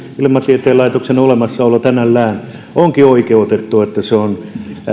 ilmatieteen laitoksen olemassaolo tänällään onkin oikeutettua että se on